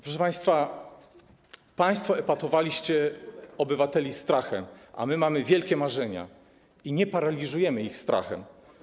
Proszę państwa, państwo epatowaliście obywateli strachem, a my mamy wielkie marzenia i nie paraliżujemy ich strachem.